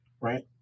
right